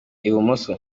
ibumoso